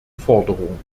forderung